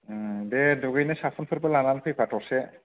दे दुगैनो साबुनफोरबो लानानै फैफा थरसे